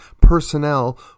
personnel